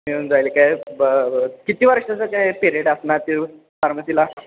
मिळून जाईल काय ब किती वर्षाचं काय पिरियड असणार ते फार्मसीला